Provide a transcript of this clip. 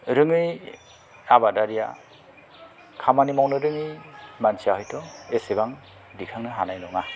रोङै आबादारिआ खामानि मावनो रोङै मानसिया हयथ' एसेबां दिखांनो हानाय नङा